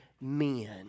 men